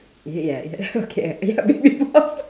ya ya okay ya baby boss